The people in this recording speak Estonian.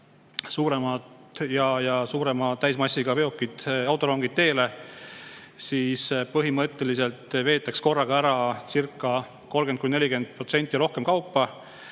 pikemad ja suurema täismassiga veokid, autorongid teele, siis põhimõtteliselt veetaks korraga ära 30–40% rohkem kaupa.